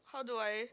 how do I